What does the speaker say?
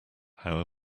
how